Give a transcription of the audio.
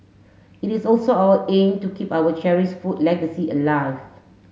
it is also our aim to keep our cherish food legacy alive